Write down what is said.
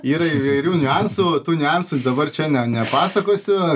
yra įvairių niuansų tų niuansų dabar čia ne nepasakosiu